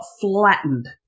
flattened